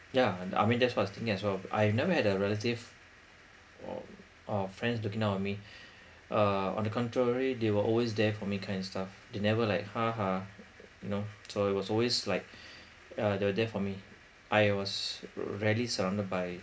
yeah and I mean that's first thing as well I never have a relative or uh friends looking down on me uh on the contrary they were always there for me kind of stuff they never like ha ha you know so it was always like uh they're there for me I was rarely surrounded by